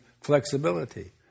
flexibility